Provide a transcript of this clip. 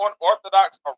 unorthodox